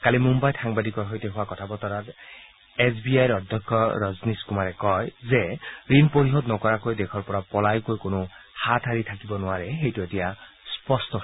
কালি মুন্নাইত সাংবাদিকৰ সৈতে হোৱা কথা বতৰাত এছ বি আইৰ অধ্যক্ষ ৰজনীজ কুমাৰে কয় যে ঋণ পৰিশোধ নকৰাকৈ দেশৰ পৰা পলাই গৈ কোনো হাত সাৰিব নোৱাৰে সেইটো এতিয়া স্পষ্ট হৈছে